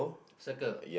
circle